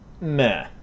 meh